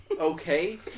okay